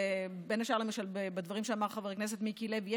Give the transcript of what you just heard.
בין השאר למשל בדברים שאמר חבר הכנסת מיקי לוי,